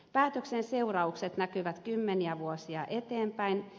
päätöksen seuraukset näkyvät kymmeniä vuosia eteenpäin